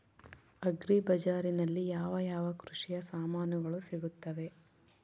Agri ಬಜಾರಿನಲ್ಲಿ ಯಾವ ಯಾವ ಕೃಷಿಯ ಸಾಮಾನುಗಳು ಸಿಗುತ್ತವೆ?